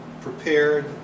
prepared